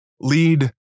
Lead